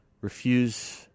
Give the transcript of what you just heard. refuse